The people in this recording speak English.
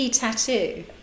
tattoo